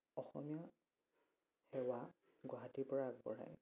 অসমীয়া সেৱা গুৱাহাটীৰ পৰা আগবঢ়ায়